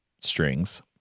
strings